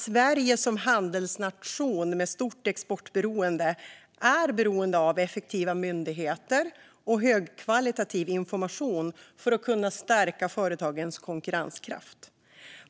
Sverige som handelsnation med stort exportberoende är beroende av effektiva myndigheter och högkvalitativ information för att kunna stärka företagens konkurrenskraft.